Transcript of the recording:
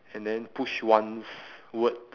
and then push once word